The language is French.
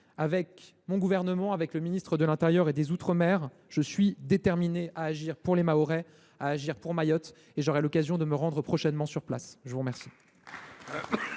Avec mon gouvernement, avec le ministre de l’intérieur et des outre mer, je suis déterminé à agir pour les Mahorais et pour Mayotte, et j’aurai l’occasion de me rendre prochainement sur place. La parole